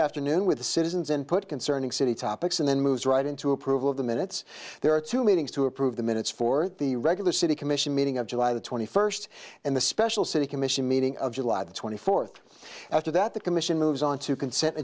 afternoon with the citizens and put concerning city topics and then moves right into approval of the minutes there are two meetings to approve the minutes for the regular city commission meeting of july the twenty first and the special city commission meeting of july the twenty fourth after that the commission moves on to consent